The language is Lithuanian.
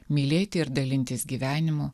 mylėti ir dalintis gyvenimu